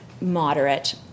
moderate